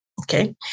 Okay